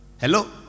Hello